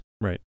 Right